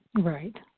right